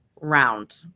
round